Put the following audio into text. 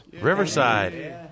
Riverside